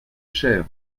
cher